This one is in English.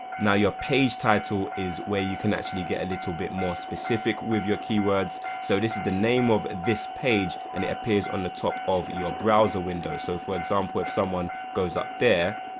now your page title is where you can actually get a little bit more specific with your keywords so this is the name of this page and it appears on the top of your browser window. so for example if someone goes up there